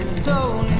so